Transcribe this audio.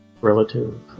Relative